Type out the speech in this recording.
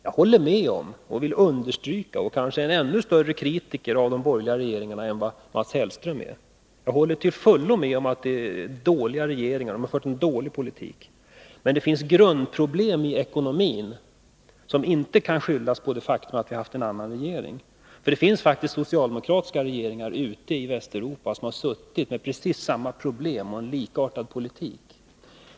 Jag håller med om kritiken och vill understryka den, och jag är kanske en ännu större kritiker av de borgerliga regeringarna än Mats Hellström. Jag håller till fullo med om att det är dåliga regeringar som fört en dålig politik. Men det finns grundproblem i ekonomin som inte kan skyllas på det faktum att vi har haft en annan regering. Det finns faktiskt socialdemokratiska regeringar ute i Västeuropa som suttit med precis samma problem och en likartad politik.